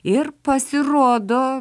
ir pasirodo